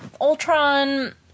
Ultron